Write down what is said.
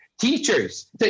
teachers